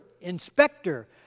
inspector